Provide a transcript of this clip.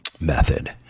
method